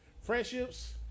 Friendships